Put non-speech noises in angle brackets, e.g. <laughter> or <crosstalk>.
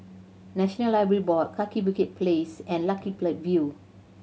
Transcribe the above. National Library Board Kaki Bukit Place and Lucky <unintelligible> View